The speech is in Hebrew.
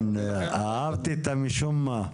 כן, אהבתי את ה-"משום מה".